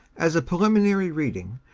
as a preliminary reading,